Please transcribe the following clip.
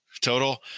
Total